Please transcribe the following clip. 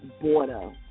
border